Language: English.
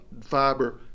fiber